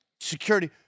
Security